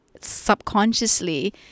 subconsciously